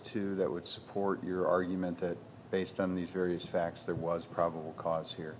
to that would support your argument that based on these various facts there was probable cause here